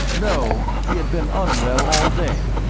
no, he had been unwell all day.